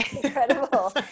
incredible